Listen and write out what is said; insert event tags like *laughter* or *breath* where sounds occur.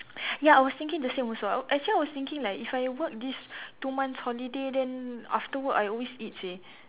*breath* ya I was thinking the same also I actually I was thinking like if I work this two months holiday then after work I always eat seh